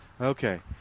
Okay